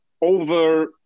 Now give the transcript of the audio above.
over